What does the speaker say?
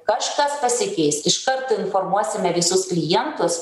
kažkas pasikeis iškart informuosime visus klientus